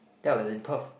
that was in Perth